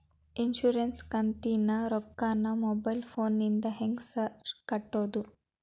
Insurance ಕಂತಿನ ರೊಕ್ಕನಾ mobile ಫೋನಿಂದ ಹೆಂಗ್ ಸಾರ್ ಕಟ್ಟದು?